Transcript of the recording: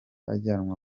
ajyanwa